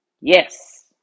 Yes